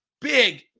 Big